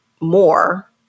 more